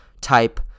type